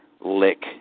lick